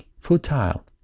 futile